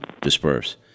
disperse